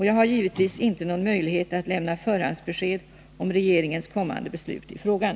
Jag har givetvis inte någon möjlighet att lämna förhandsbesked om regeringens kommande beslut i frågan.